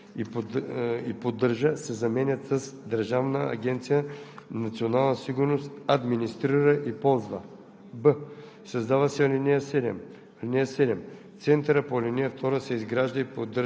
в ал. 2 думите „В Държавна агенция „Национална сигурност“ се изгражда и поддържа“ се заменят с „Държавна агенция „Национална сигурност“ администрира и ползва“;